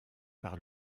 par